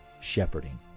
shepherding